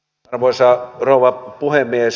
arvoisa rouva puhemies